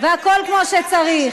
והכול כמו שצריך.